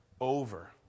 Over